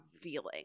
feeling